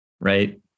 right